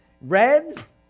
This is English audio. Reds